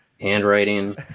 Handwriting